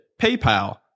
PayPal